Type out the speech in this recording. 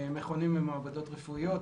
מכונים במעבדות רפואיות,